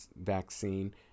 vaccine